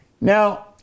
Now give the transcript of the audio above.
Now